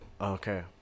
okay